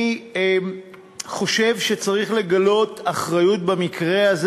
אני חושב שצריך לגלות אחריות במקרה הזה.